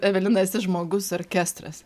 evelina esi žmogus orkestras